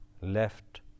left